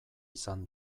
izan